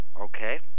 Okay